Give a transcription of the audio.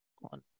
One